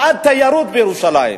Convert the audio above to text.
בעד תיירות בירושלים.